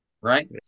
right